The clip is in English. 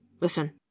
listen